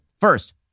first